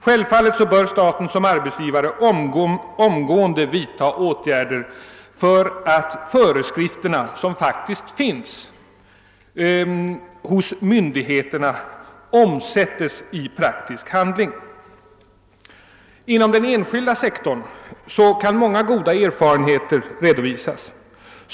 Självfallet bör staten som arbetsgivare omgående vidta åtgärder för att de föreskrifter som faktiskt gäller för myndigheterna omsättes i praktisk handling. Inom den enskilda sektorn kan många goda erfarenheter redovisas.